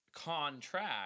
contract